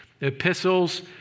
epistles